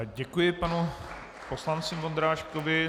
Děkuji panu poslanci Vondráškovi.